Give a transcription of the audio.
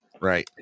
Right